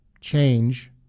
change